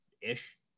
ish